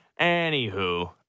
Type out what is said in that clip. Anywho